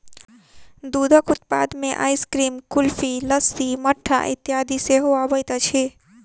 दूधक उत्पाद मे आइसक्रीम, कुल्फी, लस्सी, मट्ठा इत्यादि सेहो अबैत अछि